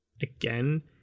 again